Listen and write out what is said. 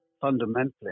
fundamentally